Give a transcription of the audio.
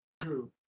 True